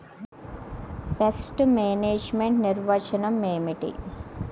Pest management నిర్వచనం ఏమిటి?